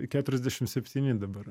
keturiasdešim septyni dabar